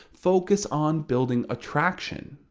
focus on building attraction.